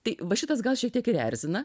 taip va šitas gal šiek tiek ir erzina